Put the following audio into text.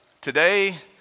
today